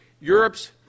Europe's